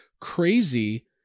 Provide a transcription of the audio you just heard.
crazy